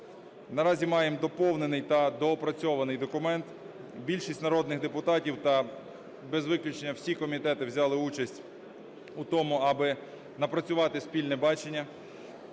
Наразі маємо доповнений та доопрацьований документ. Більшість народних депутатів та без виключення всі комітети взяли участь в тому, аби напрацювати спільне бачення